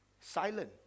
Silent